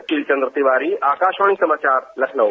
सुशील चंद तिवारी आकाशवाणी समाचार लखनऊ